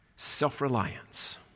Self-reliance